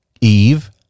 Eve